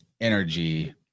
energy